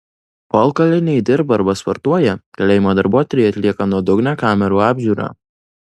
kol kaliniai dirba arba sportuoja kalėjimo darbuotojai atlieka nuodugnią kamerų apžiūrą